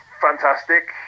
fantastic